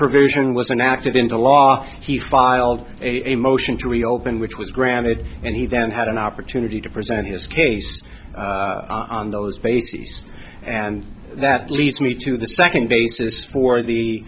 provision was enacted into law he filed a motion to reopen which was granted and he then had an opportunity to present his case on those bases and that leads me to the second basis for the